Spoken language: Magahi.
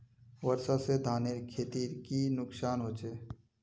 वर्षा से धानेर खेतीर की नुकसान होचे?